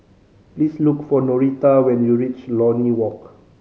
please look for Norita when you reach Lornie Walk